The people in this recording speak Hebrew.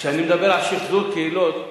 כשאני מדבר על שחזור קהילות,